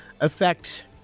affect